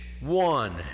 one